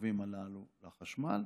היישובים הללו לחשמל,